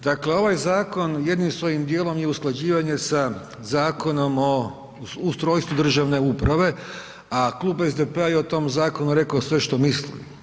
Dakle ovaj zakon jednim svojim dijelom je usklađivanje sa Zakonom o ustrojstvu državne uprave a klub SDP-a je o tom zakonu rekao sve što misli.